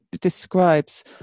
describes